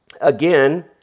again